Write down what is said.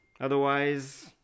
Otherwise